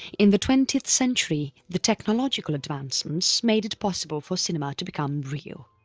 in the twentieth century, the technological advancements made it possible for cinema to become real.